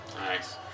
Nice